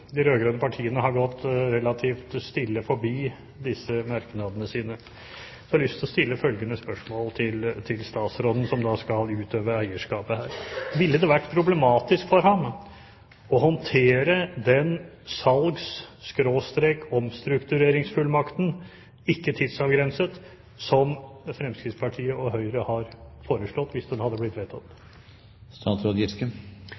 de rød-grønne partiene har gått relativt stille forbi disse merknadene sine, har jeg har lyst til å stille følgende spørsmål til statsråden som skal utøve eierskapet her: Ville det vært problematisk for ham å håndtere den salgs-/omstruktureringsfullmakten – ikke tidsavgrenset – som Fremskrittspartiet og Høyre har foreslått, hvis den hadde blitt